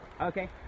okay